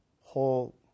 whole